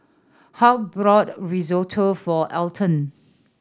Hoke brought Risotto for Eldon